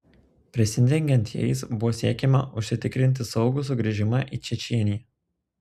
prisidengiant jais buvo siekiama užsitikrinti saugų sugrįžimą į čečėniją